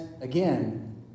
again